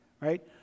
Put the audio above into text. right